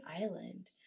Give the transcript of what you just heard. Island